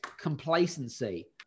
complacency